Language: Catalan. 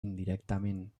indirectament